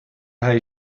hij